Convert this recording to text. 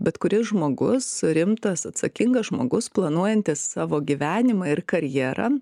bet kuris žmogus rimtas atsakingas žmogus planuojantis savo gyvenimą ir karjerą